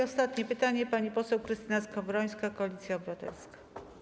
Ostatnie pytanie, pani poseł Krystyna Skowrońska, Koalicja Obywatelska.